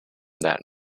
that